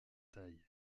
tailles